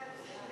ההצעה להעביר את